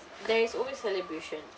there is always celebration